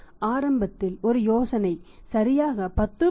ஆரம்பத்தில் ஒரு யோசனை சரியாக 10